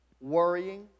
worrying